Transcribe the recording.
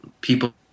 people